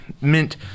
mint